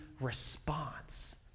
response